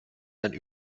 einen